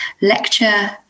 lecture